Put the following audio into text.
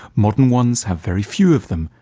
modern ones have very few of them,